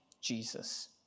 Jesus